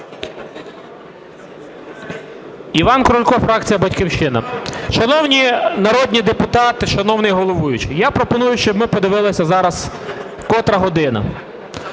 Іван Крулько, фракція "Батьківщина". Шановні народні депутати! Шановний головуючий! Я пропоную, щоб ми подивилися зараз котра година.